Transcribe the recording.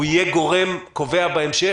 הוא יהיה גורם קובע בהמשך,